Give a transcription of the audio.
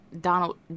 Donald